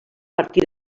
partir